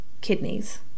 kidneys